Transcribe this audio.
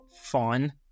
fun